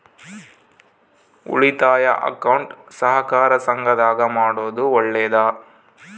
ಉಳಿತಾಯ ಅಕೌಂಟ್ ಸಹಕಾರ ಸಂಘದಾಗ ಮಾಡೋದು ಒಳ್ಳೇದಾ?